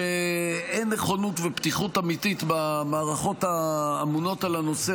שאין נכונות ופתיחות אמיתית במערכות האמונות על הנושא